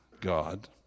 God